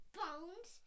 bones